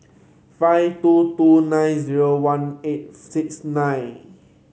five two two nine zero one eight six nine